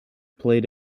played